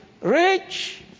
rich